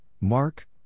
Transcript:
Mark